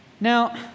Now